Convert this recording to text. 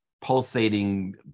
pulsating